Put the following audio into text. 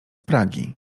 pragi